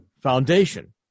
foundation